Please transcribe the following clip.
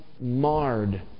marred